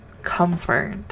Comfort